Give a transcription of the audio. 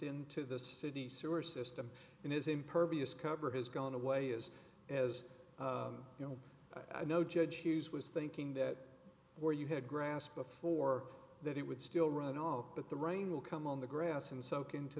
into the city sewer system and is impervious cover has gone away is as you know i'm no judge hughes was thinking that where you had grass before that it would still run off but the rain will come on the grass and soak into